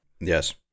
Yes